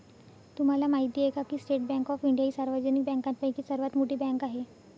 तुम्हाला माहिती आहे का की स्टेट बँक ऑफ इंडिया ही सार्वजनिक बँकांपैकी सर्वात मोठी बँक आहे